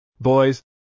Boys